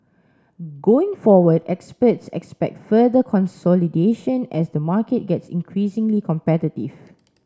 going forward experts expect further consolidation as the market gets increasingly competitive